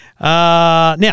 Now